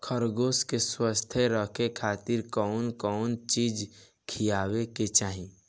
खरगोश के स्वस्थ रखे खातिर कउन कउन चिज खिआवे के चाही?